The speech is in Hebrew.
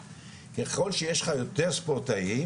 ככל שיש לך יותר ספורטאים,